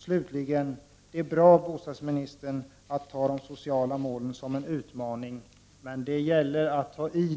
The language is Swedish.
Slutligen: Det är bra, bostadsministern, att ta de sociala målen som en utpmaning, men det gäller att ta i